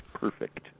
perfect